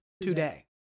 today